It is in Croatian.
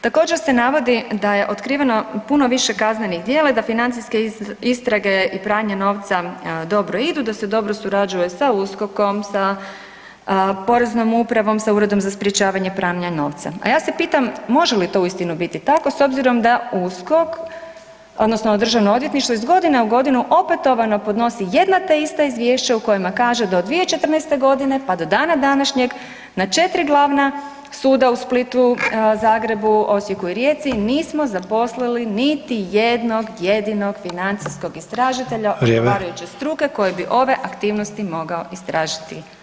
Također se navodi da je otkriveno puno više kaznenih djela i da financijske istrage i pranje novca dobro idu, da se dobro surađuje sa USKOK-om, sa Poreznom upravom, sa Uredom za sprječavanje pranja novca. a ja se pitam može li to uistinu biti tako s obzirom da USKOK odnosno Državno odvjetništvo iz godine u godinu opetovano podnosi jedna te ista izvješća u kojima kaže da od 2014. godine pa do dana današnjeg na 4 glavna suda u Splitu, Zagreb, Osijeku i Rijeci nismo zaposlili niti jednog jedinoga financijskog istražitelja odgovarajuće struke koji bi ove aktivnosti mogao istražiti? [[Upadica Sanader: Vrijeme.]] Hvala.